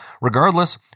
regardless